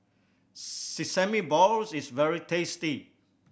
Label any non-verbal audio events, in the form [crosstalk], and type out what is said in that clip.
[unintelligible] sesame balls is very tasty